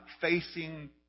facing